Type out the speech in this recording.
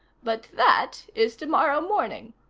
but that is tomorrow morning.